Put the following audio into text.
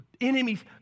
enemies